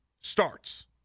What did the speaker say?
starts